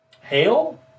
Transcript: hail